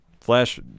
Flash